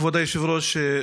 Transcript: כבוד היושב-ראש,